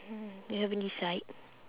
hmm you haven't decide